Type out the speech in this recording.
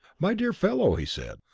my dear fellow, he said,